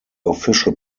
official